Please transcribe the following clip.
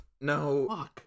No